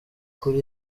kuri